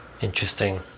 interesting